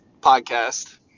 podcast